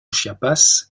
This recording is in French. chiapas